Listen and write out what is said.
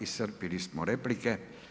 Iscrpili smo replike.